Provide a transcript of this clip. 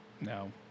No